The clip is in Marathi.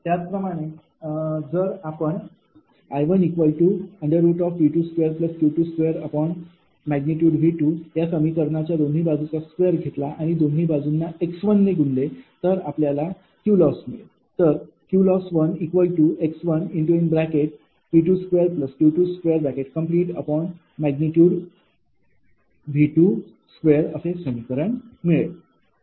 त्याचप्रमाणे जर आपण ।𝐼। P2Q2 Vया समीकरणाच्या दोन्ही बाजूंचा स्क्वेअर घेतला आणि दोन्ही बाजूंना x ने गुणले तर आपल्याला Qloss x P2Q2V2 असे समीकरण मिळेल